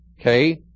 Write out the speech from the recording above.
Okay